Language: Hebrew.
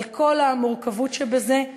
על כל המורכבות שבזה.